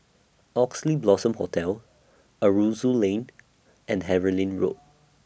Oxley Blossom Hotel Aroozoo Lane and Harlyn Road